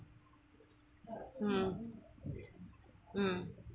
mm mm